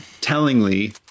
tellingly